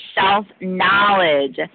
self-knowledge